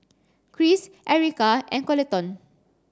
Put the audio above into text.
Kris Ericka and Coleton